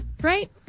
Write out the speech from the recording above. right